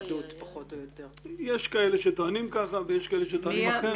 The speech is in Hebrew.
מי כאלה שטוענים כך ויש כאלה שטוענים אחרת.